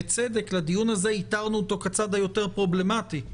בצדק, לדיון הזה איתרנו אותו כצד היותר פרובלמטי.